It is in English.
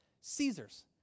Caesar's